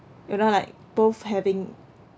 you know like both having